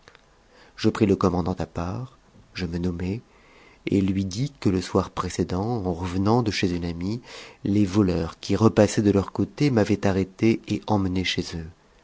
je pris le commandant à part je me nommai et lui dis que le soir précèdent en revenant de chez une amie les voleurs qui repassaient de leur côte m'avaient arrêtée et emmenée chez eux